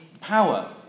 power